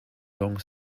long